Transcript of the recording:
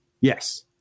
Yes